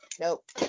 nope